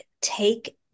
take